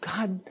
God